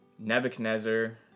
Nebuchadnezzar